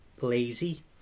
lazy